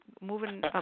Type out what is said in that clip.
moving